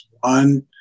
one